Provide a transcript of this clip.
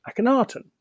Akhenaten